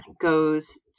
goes